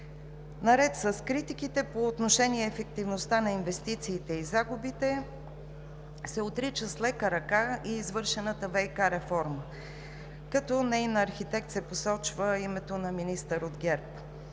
Наред с критиките по отношение ефективността на инвестициите и загубите се отрича с лека ръка и извършената ВиК реформа, а като неин архитект се посочва името на министър от ГЕРБ.